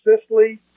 Sicily